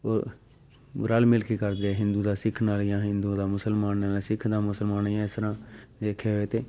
ਉਹ ਰਲ਼ ਮਿਲ ਕੇ ਕਰਦੇ ਹਿੰਦੂ ਦਾ ਸਿੱਖ ਨਾਲ਼ ਜਾਂ ਹਿੰਦੂ ਦਾ ਮੁਸਲਮਾਨ ਨਾਲ਼ ਸਿੱਖ ਦਾ ਮੁਸਲਮਾਨ ਜਾਂ ਇਸ ਤਰ੍ਹਾਂ ਦੇਖੇ ਹੋਏ ਅਤੇ